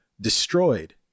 destroyed